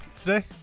today